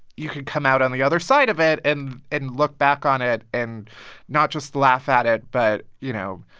you could come out on the other side of it, and and look back on it and not just laugh at it but, you know,